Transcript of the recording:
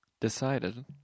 decided